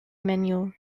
manual